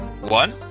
One